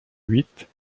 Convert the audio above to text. huit